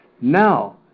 Now